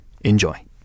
Enjoy